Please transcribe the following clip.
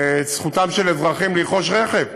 זכותם של אזרחים לרכוש רכב.